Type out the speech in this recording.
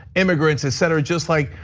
immigrants, etc, just like.